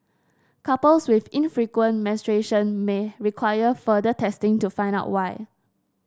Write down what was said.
couples with infrequent menstruation may require further testing to find out why